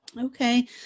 Okay